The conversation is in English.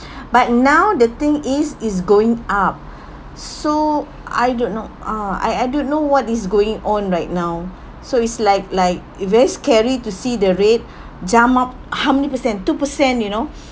but now the thing is it's going up so I don't know uh I I don't know what is going on right now so it's like like it's very scary to see the rate jump up how many percent two per cent you know